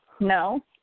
No